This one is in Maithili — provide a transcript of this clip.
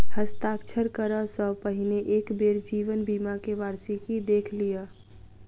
हस्ताक्षर करअ सॅ पहिने एक बेर जीवन बीमा के वार्षिकी देख लिअ